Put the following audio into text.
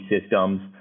systems